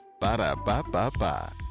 Ba-da-ba-ba-ba